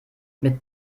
mit